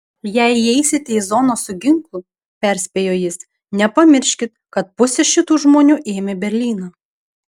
jei įeisite į zoną su ginklu perspėjo jis nepamirškit kad pusė šitų žmonių ėmė berlyną